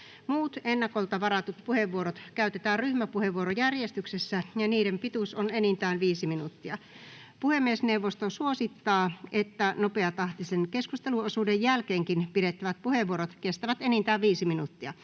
Muut ennakolta varatut puheenvuorot käytetään ryhmäpuheenvuorojärjestyksessä, ja niiden pituus on enintään 5 minuuttia. Puhemiesneuvosto suosittaa, että nopeatahtisen keskusteluosuuden jälkeenkin pidettävät puheenvuorot kestävät enintään 5 minuuttia.